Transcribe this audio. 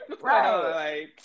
Right